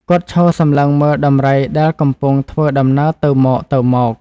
គាត់ឈរសម្លឹងមើលដំរីដែលកំពុងធ្វើដំណើរទៅមកៗ ។